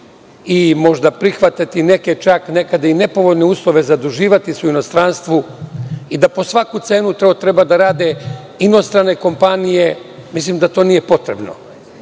i možda prihvatati neke čak nekada i nepovoljne uslove, zaduživati se u inostranstvu i da po svaku cenu to treba da rade inostrane kompanije, mislim da to nije potrebno. Vama